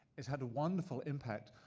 it's had a wonderful impact.